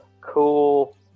cool